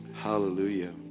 Hallelujah